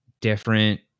different